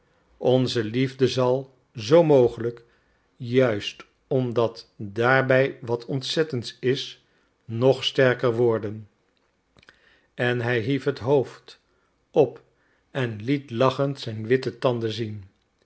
onze liefde zal zoo mogelijk juist omdat daarbij wat ontzettends is nog sterker worden en hij hief het hoofd op en liet lachend zijn witte tanden zien